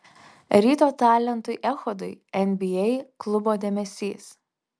ryto talentui echodui nba klubo dėmesys